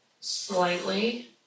slightly